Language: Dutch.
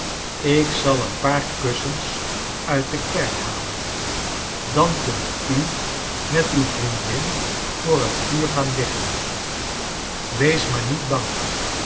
ik zal een paar kussens uit de kerk halen dan kunt u met uw vriendin voor het vuur gaan liggen wees maar niet bang